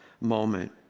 moment